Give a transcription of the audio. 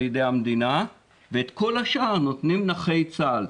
ידי המדינה ואת כל השאר נותנים נכי צה"ל.